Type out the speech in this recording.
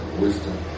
wisdom